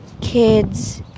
kids